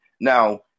Now